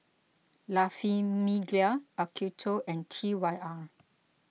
La Famiglia Acuto and T Y R